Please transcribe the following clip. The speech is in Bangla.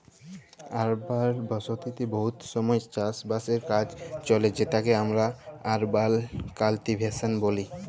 আরবাল বসতিতে বহুত সময় চাষ বাসের কাজ চলে যেটকে আমরা আরবাল কাল্টিভেশল ব্যলি